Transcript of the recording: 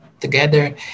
together